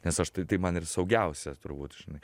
nes aš tai tai man ir saugiausia turbūt žinai